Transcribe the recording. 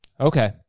Okay